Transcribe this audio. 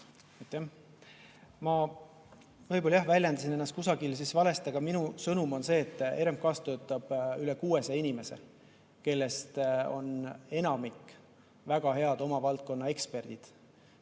Ma võib-olla väljendasin ennast kusagil valesti. Minu sõnum on see, et RMK‑s töötab üle 600 inimese, kellest enamik on väga head oma valdkonna eksperdid